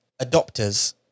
adopters